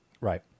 Right